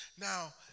now